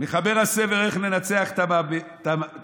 מחבר הספר איך לנצח את מגפה,